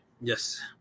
Yes